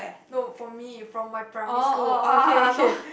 no for me from my primary school ah not